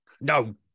no